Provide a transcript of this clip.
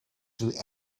through